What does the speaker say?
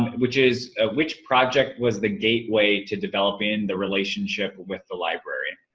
which is, ah which project was the gateway to developing the relationship with the library?